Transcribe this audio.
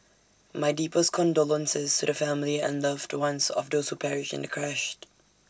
my deepest condolences to the families and loved ones of those who perished in the crashed